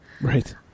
Right